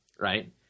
right